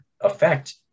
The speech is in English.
affect